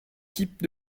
type